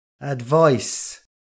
advice